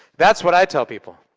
that's what i tell people.